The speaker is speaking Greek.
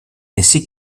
εσύ